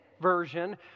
version